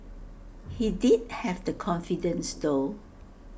he did have the confidence though